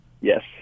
Yes